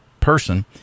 person